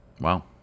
Wow